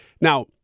Now